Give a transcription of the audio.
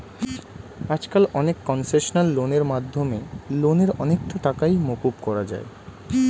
আজকাল অনেক কনসেশনাল লোনের মাধ্যমে লোনের অনেকটা টাকাই মকুব করা যায়